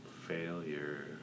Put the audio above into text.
Failure